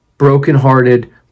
brokenhearted